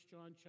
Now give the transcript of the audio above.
John